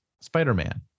Spider-Man